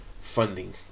Funding